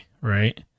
right